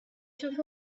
took